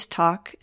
talk